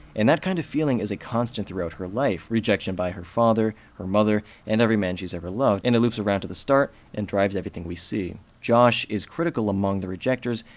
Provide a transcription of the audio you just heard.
and that kind of feeling is a constant throughout her life, rejection by her father, her mother, and every man she's ever loved, and it loops around to the start and drives everything we see. josh is critical among the rejectors,